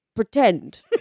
pretend